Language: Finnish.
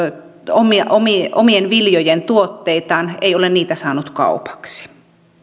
omien viljojensa tuotteita ei ole niitä saanut kaupaksi